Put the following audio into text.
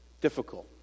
Difficult